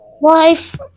Life